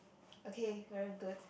okay very good